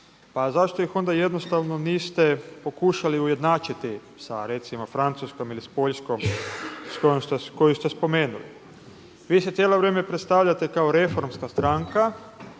pa zašto ih onda jednostavno niste pokušali izjednačiti sa recimo sa Francuskom ili s Poljskom koju ste spomenuli? Vi se cijelo vrijeme predstavljate kao reformska stranka